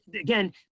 again